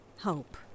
Hope